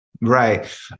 Right